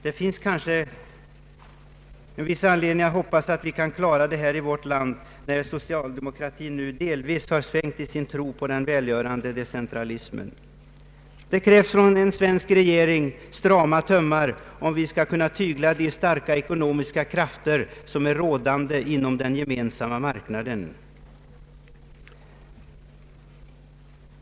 Det finns kanske viss anledning att hoppas att vi kan klara detta i vårt land när socialdemokratin nu delvis har svängt i sin tro på den välgörande decentralismen. Det krävs strama tömmar från den svenska regeringen om vi skall kunna tygla de starka ekonomiska krafter som råder inom den gemensamma marknaden.